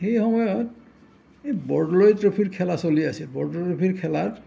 সেই সময়ত এই বৰদলৈ ট্ৰফীৰ খেলা চলি আছিল বৰদলৈ ট্ৰফীৰ খেলাত